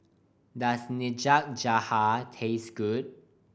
does Nikujaga taste good